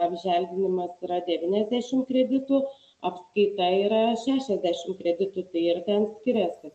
apželdinimas yra devyniasdešim kreditų apskaita yra šešiasdešim kreditų tai ir ten skiriasi